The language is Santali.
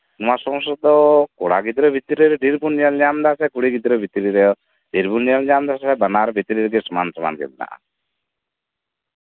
ᱱᱚᱣᱟ ᱠᱚ ᱥᱚᱢᱚᱥᱥᱟ ᱫᱚ ᱠᱚᱲᱟ ᱜᱤᱫᱽᱨᱟᱹ ᱵᱷᱤᱛᱤᱨᱨᱮ ᱰᱷᱮᱨ ᱵᱚᱱ ᱧᱮᱞ ᱧᱟᱢ ᱮᱫᱟᱥᱮ ᱠᱩᱲᱤ ᱜᱤᱫᱽᱨᱟᱹ ᱵᱷᱤᱛᱤᱨ ᱨᱮ ᱵᱟᱵᱚᱱ ᱧᱮᱞ ᱫᱟᱢ ᱥᱮ ᱵᱟᱱᱟᱨ ᱵᱷᱤᱛᱨᱤ ᱨᱮ ᱥᱚᱢᱟᱱ ᱥᱚᱢᱟᱱᱜᱮ ᱢᱮᱱᱟᱜᱼᱟ